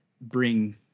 bring